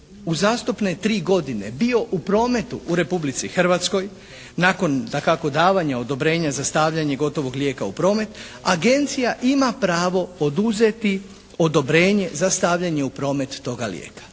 uzastopne tri godine bio u prometu u Republici Hrvatskoj nakon dakako davanja odobrenja za stavljanje gotovog lijeka u promet agencija ima pravo oduzeti odobrenje za stavljanje u promet toga lijeka.